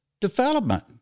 development